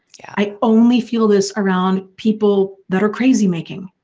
yeah i only feel this around people that are crazy making.